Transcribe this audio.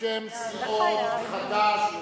בשם סיעות חד"ש,